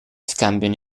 scambiano